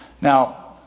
Now